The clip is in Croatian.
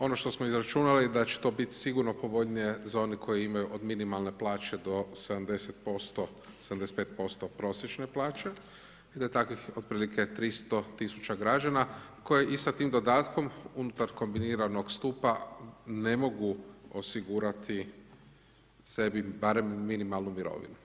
Ono što smo izračunali da će to biti sigurno povoljnije za one koji imaju od minimalne plaće do 70% 75% prosječne plaće i da takvih otprilike 300.000 građana koje i sa tim dodatkom unutar kombiniranog stupa ne mogu osigurati sebi barem minimalnu mirovinu.